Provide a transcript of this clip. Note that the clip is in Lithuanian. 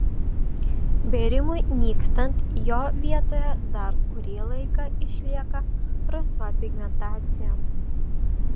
bėrimui nykstant jo vietoje dar kurį laiką išlieka rusva pigmentacija